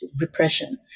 repression